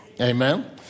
Amen